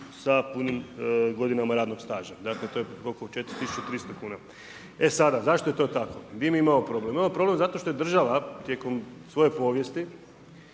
sa punim godinama radnog staža. Dakle, to je oko 4300 kn. E sada, zašto je to tako? Di mi imamo problem? Imamo problem, zato što je država, tijekom svoje povijesti,